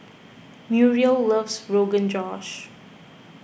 Muriel loves Rogan Josh